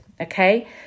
okay